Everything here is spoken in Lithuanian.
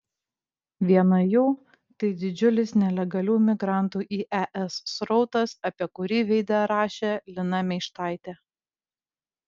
viena jų tai didžiulis nelegalių migrantų į es srautas apie kurį veide rašė lina meištaitė